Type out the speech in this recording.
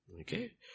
Okay